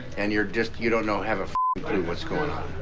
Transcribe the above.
and you're just, you don't know have a what's going on.